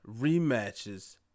rematches